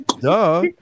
Duh